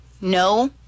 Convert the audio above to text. No